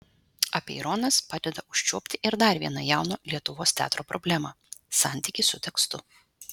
apeironas padeda užčiuopti ir dar vieną jauno lietuvos teatro problemą santykį su tekstu